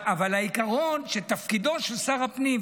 אבל העיקרון הוא שתפקידו של שר הפנים,